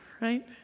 right